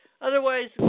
otherwise